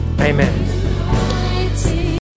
amen